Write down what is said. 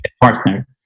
partner